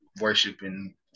worshiping